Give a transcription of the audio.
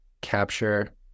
capture